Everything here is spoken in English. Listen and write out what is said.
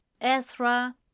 Ezra